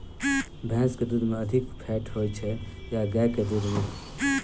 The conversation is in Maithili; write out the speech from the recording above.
भैंस केँ दुध मे अधिक फैट होइ छैय या गाय केँ दुध में?